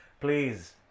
please